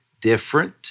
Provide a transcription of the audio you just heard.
different